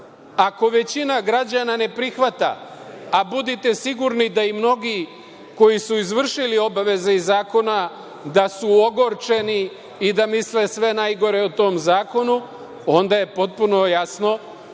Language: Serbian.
Ako većina građana ne prihvata, a budite sigurni da i mnogi koji su izvršili obaveze iz zakona da su ogorčeni i da misle sve najgore o tom zakonu, onda je potpuno jasno